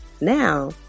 Now